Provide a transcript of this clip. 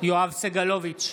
יואב סגלוביץ'